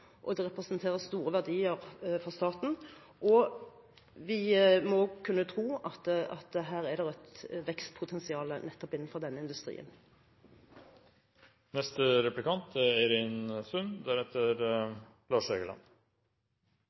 og det representerer store verdier for staten. Vi må kunne tro at det nettopp i denne industrien er et vekstpotensial. Jeg hører at representanten Meling nå sier at dette er